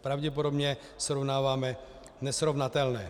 Pravděpodobně srovnáváme nesrovnatelné.